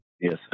Yes